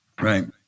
Right